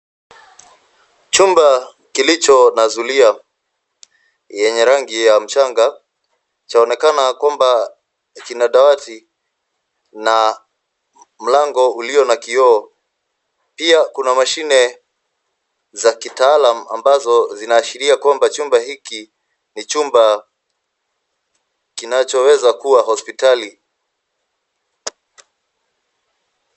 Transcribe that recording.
Chumba kilicho na zulia yenye rangi ya mchanga, chaonekana ya kwamba kina dawati na mlango ulio na kioo. Pia kuna mashine za kitaalam ambazo zinaashiria kwamba chumba hiki ni chumba kinachoweza kuwa hospitali.